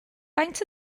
faint